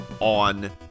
on